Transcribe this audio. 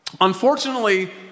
Unfortunately